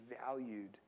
valued